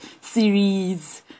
series